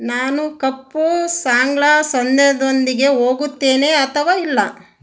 ನಾನು ಕಪ್ಪು ಸಾಂಗ್ಲಾಸನ್ಯದೊಂದಿಗೆ ಹೋಗುತ್ತೇನೆ ಅಥವಾ ಇಲ್ಲ